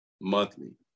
monthly